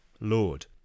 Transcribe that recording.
Lord